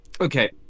okay